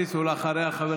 הוא מאמין רק בבנט.